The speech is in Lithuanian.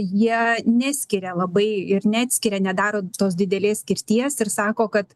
jie neskiria labai ir neatskiria nedaro tos didelės skirties ir sako kad